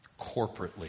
corporately